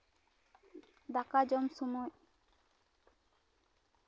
ᱫᱟᱠᱟ ᱡᱚᱢ ᱥᱚᱢᱚᱭ